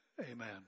amen